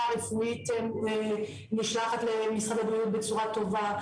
הרפואית נשלחת למשרד הבריאות בצורה טובה,